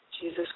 Jesus